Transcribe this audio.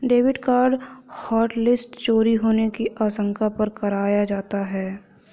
debit card hotlist चोरी होने की आशंका पर कराया जाता है